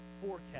forecast